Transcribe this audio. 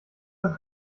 das